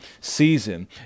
season